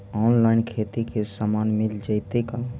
Online खेती के सामान मिल जैतै का?